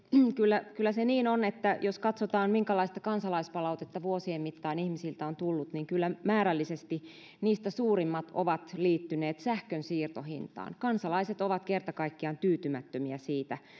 kyllä kyllä se niin on että jos katsotaan minkälaista kansalaispalautetta vuosien mittaan ihmisiltä on tullut niin kyllä määrällisesti niistä suurin osa on liittynyt sähkönsiirtohintaan kansalaiset ovat kerta kaikkiaan tyytymättömiä siihen